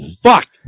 Fuck